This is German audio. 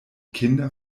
kinder